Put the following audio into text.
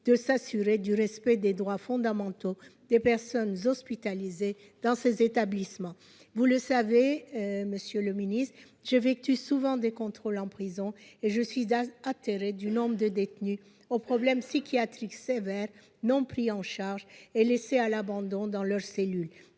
de s'assurer du respect des droits fondamentaux des personnes hospitalisées dans ces établissements. Vous le savez, monsieur le garde des sceaux, j'effectue souvent des contrôles en prison. Je suis atterrée du nombre de détenus aux problèmes psychiatriques sévères non pris en charge et laissés à l'abandon dans leur cellule